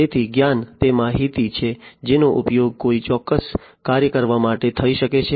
તેથી જ્ઞાન તે માહિતી છે જેનો ઉપયોગ કોઈ ચોક્કસ કાર્ય કરવા માટે થઈ શકે છે